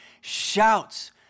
shouts